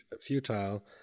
futile